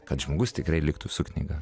kad žmogus tikrai liktų su knyga